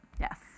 Yes